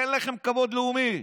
אין לכם כבוד לאומי,